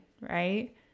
right